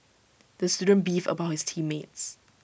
the student beefed about his team mates